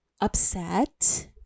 upset